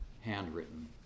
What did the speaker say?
handwritten